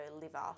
liver